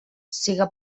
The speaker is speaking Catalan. siga